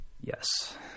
Yes